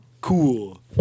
cool